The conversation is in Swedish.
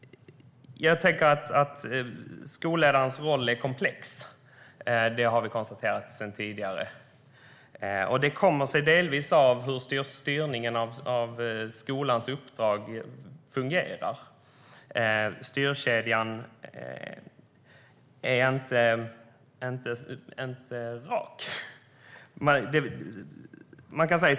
Skolledarens roll är komplex. Det har vi konstaterat tidigare. Det kommer sig delvis av hur styrningen av skolans uppdrag fungerar. Styrkedjan är inte rak.